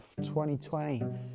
2020